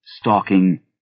stalking